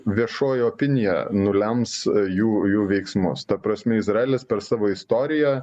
viešoji opinija nulems jų jų veiksmus ta prasme izraelis per savo istoriją